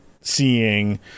seeing